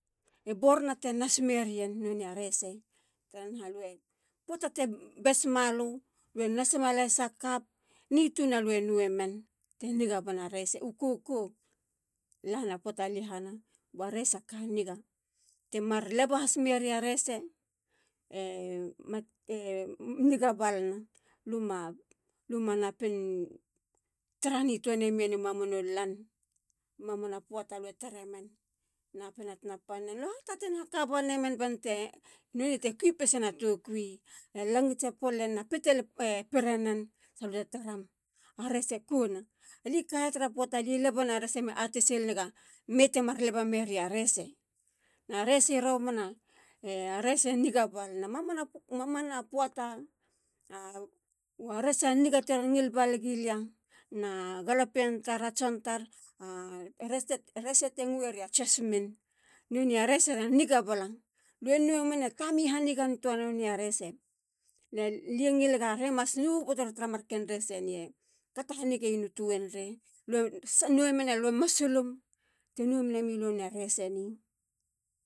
E borona te nas merien. noneya rese. tara naha lue. poata te besma lu. lue nasima lahisa cup. nituna lue nowemen. te nuga mena rese. u koko. lana poata lehana. ba rese ka niga te mar leba has meria rese. e ma. e niga balana. luma. luma manapintara nitua nemien mamanulan. mamana poata lue taremen te kui pesena tokui. a langitse polenen. a pitale pirenen. salte taram a rese e kona. Ali kaya tara poata. li lebana rese atesil nega i me temar leba meria a rese. na resi romana. rese niga balana mamana poata. Resa niga teron ngil balegilia na galapien tar. a tson tar. a rese te ngueriya jasmine. noneya resa niga bala. lue no mene tami hanigan toana. nonei arese. lie ngilega are mas no hobotor. tara marken rese eni. e kato hanigeyenu tuenrei. lue no mena lue masulim. te no menemi lu nona reseni.